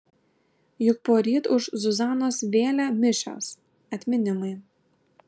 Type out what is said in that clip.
juk poryt už zuzanos vėlę mišios atminimai